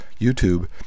YouTube